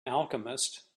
alchemist